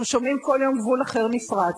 אנחנו שומעים כל יום שגבול אחר נפרץ.